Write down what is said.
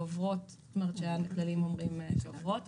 שהכללים אומרים שעוברות,